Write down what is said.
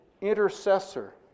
intercessor